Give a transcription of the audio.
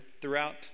throughout